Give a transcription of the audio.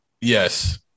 yes